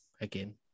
again